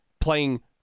playing